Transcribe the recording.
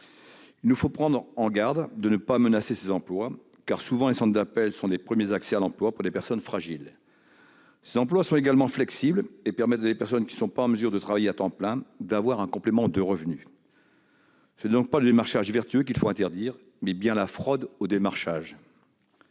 Il nous faut prendre garde à ne pas menacer ces emplois, car les centres d'appels représentent souvent un premier accès à l'emploi pour des personnes fragiles. En outre, ces emplois sont flexibles et permettent à des personnes qui ne sont pas en mesure de travailler à plein temps de percevoir un complément de revenu. Ce n'est donc pas le démarchage vertueux qu'il faut interdire, mais bien la fraude au démarchage.